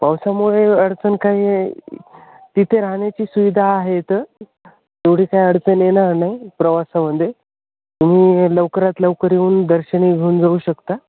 पावसामुळे अडचण काही तिथे राहण्याची सुविधा आहे इथं एवढी काय अडचण येणार नाही प्रवासामध्ये तुम्ही लवकरात लवकर येऊन दर्शन हे घेऊन जाऊ शकता